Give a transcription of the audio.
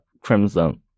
crimson